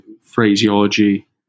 phraseology